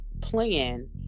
plan